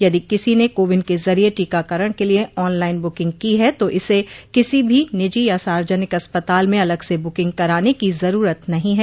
यदि किसी ने को विन के जरिए टीकाकरण के लिए ऑनलाइन ब्रकिंग की है तो इसे किसी भी निजी या सार्वजनिक अस्पताल में अलग से बुकिंग कराने की जरूरत नहीं है